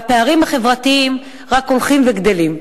והפערים החברתיים רק הולכים וגדלים.